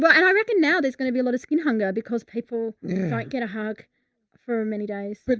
but and i reckon now there's going to be a lot of skin hunger because people don't get a hug for many days. dylan but,